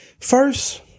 First